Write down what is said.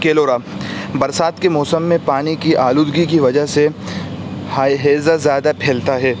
کیلورا برسات کے موسم میں پانی کی آلودگی کے وجہ سے ہیضہ زیادہ پھیلتا ہے